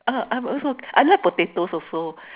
uh I'm also I like potatoes also